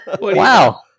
Wow